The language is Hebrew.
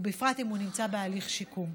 ובפרט אם הוא נמצא בהליך שיקום,